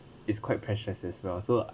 it's quite precious as well so